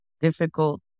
difficult